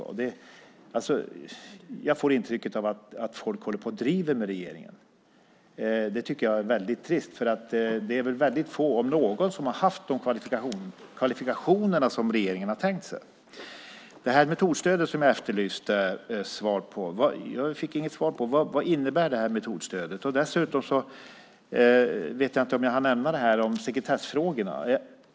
Jag får intrycket att folk driver med regeringen, och det tycker jag är väldigt trist. Det är väldigt få, om någon, som har haft de kvalifikationer som regeringen har tänkt dig. Jag efterlyste svar på frågan om metodstöd men fick inget. Vad innebär det här metodstödet? Jag vet inte om jag hann nämna sekretessfrågorna.